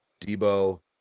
Debo